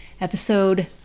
Episode